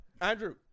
Andrew